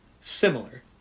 similar